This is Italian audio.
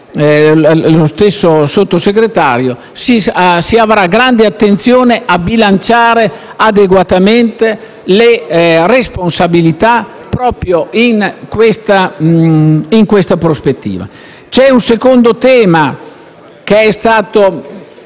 lo stesso Sottosegretario - si avrà grande attenzione a bilanciare adeguatamente le responsabilità proprio in questa prospettiva. C'è un secondo tema che è stato